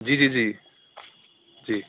جی جی جی جی